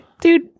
dude